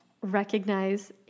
recognize